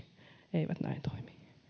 eivät näin toimi